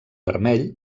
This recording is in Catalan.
vermell